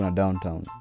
downtown